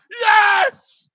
Yes